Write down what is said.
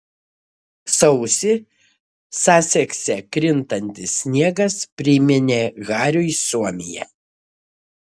sausį sasekse krintantis sniegas priminė hariui suomiją